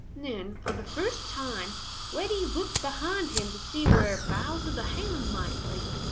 then for the first time reddy looked behind him to see where bowser the hound might be.